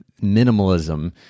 minimalism